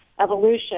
evolution